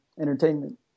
entertainment